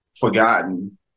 forgotten